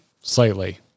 slightly